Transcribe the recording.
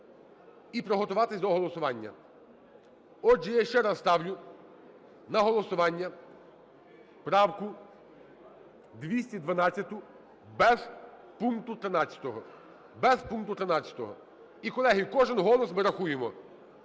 і приготуватись до голосування. Отже, я ще раз ставлю на голосування правку 212 без пункту 13, без пункту 13. І, колеги, кожен голос ми рахуємо.